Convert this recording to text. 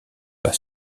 pas